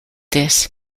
this